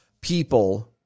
people